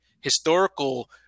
historical